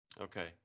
Okay